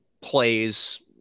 plays